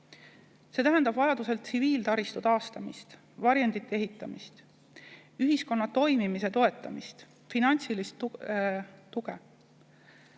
See tähendab vajaduse korral tsiviiltaristu taastamist, varjendite ehitamist, ühiskonna toimimise toetamist, finantsilist tuge.